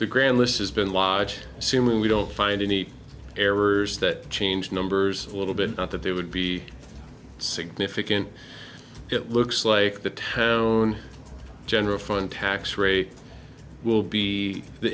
a grand list has been lodged suman we don't find any errors that change numbers a little bit not that there would be significant it looks like the town general fund tax rate will be the